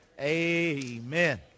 Amen